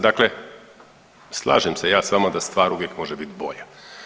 Dakle, slažem se ja s vama da stvar uvijek može biti bolja.